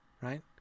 Right